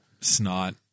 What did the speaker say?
snot